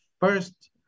First